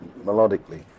melodically